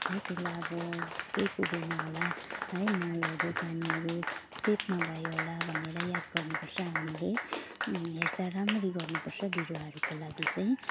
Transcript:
है त्यसलाई अब केही पुगेन होला है मलहरू पानीहरू सेपमा भयो होला भनेर याद गर्नुपर्छ हामीले हेरचाह राम्ररी गर्नुपर्छ बिरुवाहरूको लागि चाहिँ